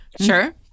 Sure